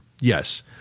Yes